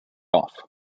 off